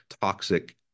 toxic